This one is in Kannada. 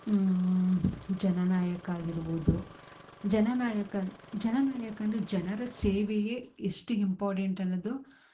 ಜನನಾಯಕ ಆಗಿರ್ಬೋದು ಜನನಾಯಕ ಜನನಾಯಕ ಅಂದರೆ ಜನರ ಸೇವೆಯೇ ಎಷ್ಟು ಹಿಂಪಾರ್ಟೆಂಟ್ ಅನ್ನದು